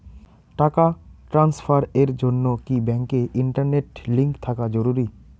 টাকা ট্রানস্ফারস এর জন্য কি ব্যাংকে ইন্টারনেট লিংঙ্ক থাকা জরুরি?